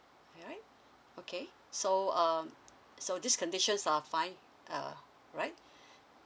alright okay so um so these conditions are fine uh right